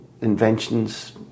inventions